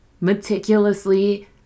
meticulously